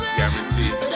guaranteed